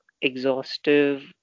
exhaustive